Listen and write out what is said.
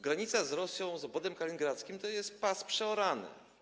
Granica z Rosją, z obwodem kaliningradzkim to jest pas przeorany.